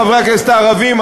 חברי חברי הכנסת הערבים,